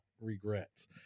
regrets